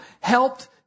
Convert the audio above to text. helped